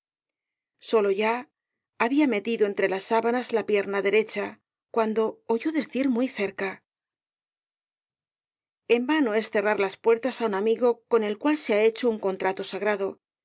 solo ya había metido entre las sábanas la pierna derecha cuando oyó decir muy cerca en vano es cerrar las puertas á un amigo con el cual se ha hecho un contrato sagrado